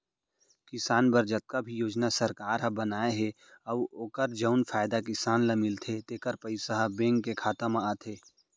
किसान बर जतका भी योजना सरकार ह बनाए हे अउ ओकर जउन फायदा किसान ल मिलथे तेकर पइसा ह बेंक के खाता म आथे